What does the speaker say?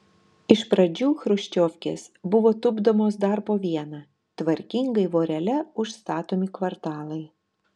iš pradžių chruščiovkės buvo tupdomos dar po vieną tvarkingai vorele užstatomi kvartalai